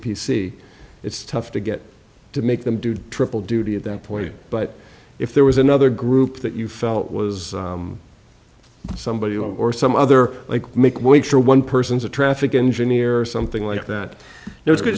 p c it's tough to get to make them do triple duty at that point but if there was another group that you felt was somebody or some other like make way for one person's a traffic engineer or something like that there is going